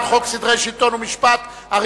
חוק סדרי השלטון והמשפט (ביטול החלת המשפט,